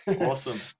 awesome